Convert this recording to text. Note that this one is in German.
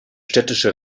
städtische